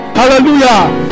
hallelujah